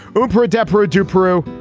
um poor adepero to peru.